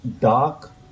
dark